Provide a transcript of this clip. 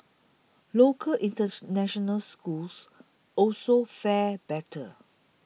local in touch national schools also fared better